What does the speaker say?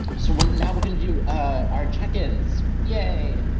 so now we're gonna do our check-ins. yay!